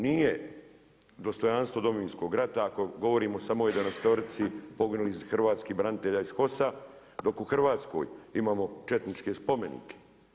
Nije dostojanstvo Domovinskog rata ako govorimo samo o jedanaestorici poginulih hrvatskih branitelja iz HOS-a dok u Hrvatskoj imamo četničke spomenike.